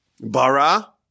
bara